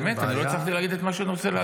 באמת, אני לא הצלחתי להגיד את מה שאני רוצה להגיד.